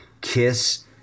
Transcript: Kiss